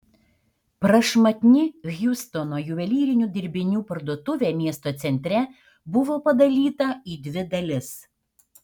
prašmatni hjustono juvelyrinių dirbinių parduotuvė miesto centre buvo padalyta į dvi dalis